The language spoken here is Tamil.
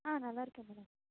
ஆ நல்லா இருக்கேன் மேடம்